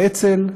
האצ"ל,